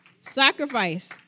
Sacrifice